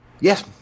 Yes